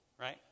Right